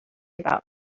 about